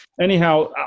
Anyhow